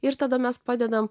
ir tada mes padedame